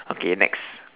okay next